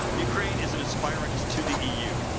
ukraine is an aspiring to the eu,